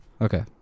Okay